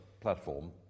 platform